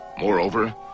Moreover